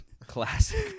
classic